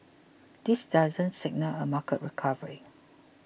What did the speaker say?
this doesn't signal a market recovery